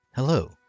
Hello